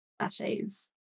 sachets